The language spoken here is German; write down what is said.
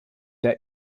der